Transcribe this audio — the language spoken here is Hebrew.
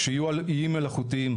שיהיו על איים מלאכותיים.